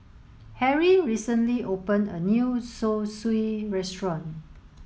Harry recently open a new Zosui restaurant